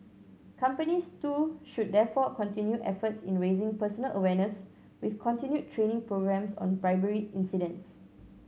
companies too should therefore continue efforts in raising personal awareness with continued training programmes on bribery incidents